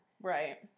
Right